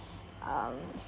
um